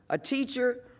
a teacher,